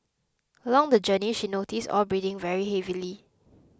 along the journey she noticed Aw breathing very heavily